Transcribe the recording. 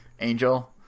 Angel